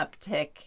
uptick